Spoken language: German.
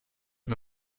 mir